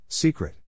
Secret